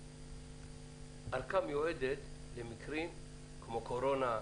ארכה מיועדת למקרים כמו קורונה,